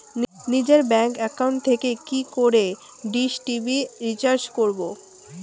নিজের bank account থেকে কি করে ডিশ টি.ভি রিচার্জ করবো?